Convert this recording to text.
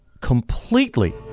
completely